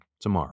tomorrow